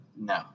no